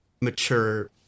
mature